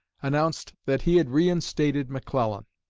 announced that he had reinstated mcclellan.